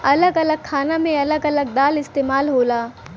अलग अलग खाना मे अलग अलग दाल इस्तेमाल होला